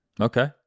Okay